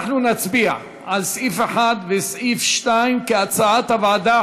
אנחנו נצביע על סעיף 1 וסעיף 2 כהצעת הוועדה.